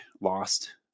lost